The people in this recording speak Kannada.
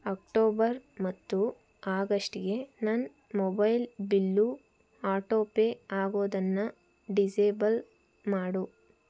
ಅಕ್ಟೋಬರ್ ಮತ್ತು ಆಗಸ್ಟ್ಗೆ ನನ್ನ ಮೊಬೈಲ್ ಬಿಲ್ಲು ಆಟೋಪೇ ಆಗೋದನ್ನು ಡಿಸೇಬಲ್ ಮಾಡು